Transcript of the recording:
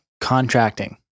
contracting